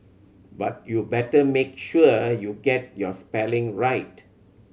but you better make sure you get your spelling right